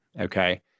okay